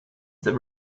that